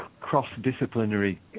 cross-disciplinary